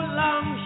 long